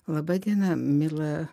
laba diena miela